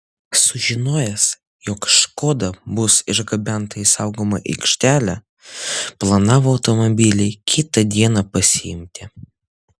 sužinojęs jog škoda bus išgabenta į saugomą aikštelę planavo automobilį kitą dieną pasiimti